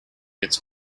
its